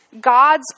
God's